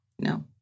no